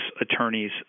attorneys